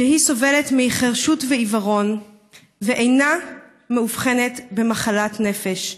שהיא סובלת מחירשות ועיוורון ואינה מאובחנת במחלת נפש.